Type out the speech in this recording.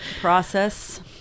Process